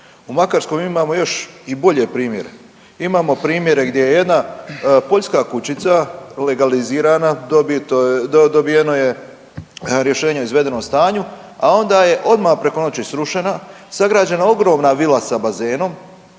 U Makarskoj imamo još i bolje primjere, imamo primjere gdje jedna poljska kućica legalizirana dobijeno je rješenje izvedenom stanju, a onda je odmah preko noći srušena, sagrađena ogromna vila sa bazenom,